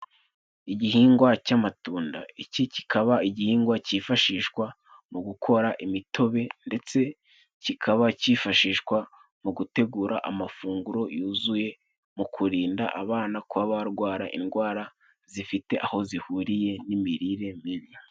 Igihingwa cy'amatunda, iki kikaba igihingwa cyifashishwa mu gukora imitobe ndetse kikaba cyifashishwa mu gutegura amafunguro yuzuye mu kurinda abana kw'abarwara indwara zifite aho zihuriye n'imirire mibi.